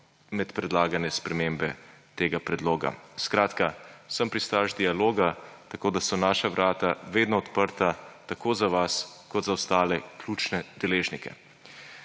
med predlagane spremembe tega predloga. Skratka, sem pristaš dialoga, tako da so naša vrata vedno odprta tako za vas kot za ostale ključne deležnike.